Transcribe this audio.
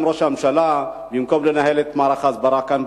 ראש הממשלה במקום לנהל את מערך ההסברה כאן,